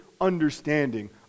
understanding